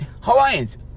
Hawaiians